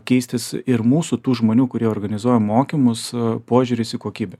keistis ir mūsų tų žmonių kurie organizuoja mokymus požiūris į kokybę